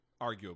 arguably